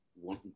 one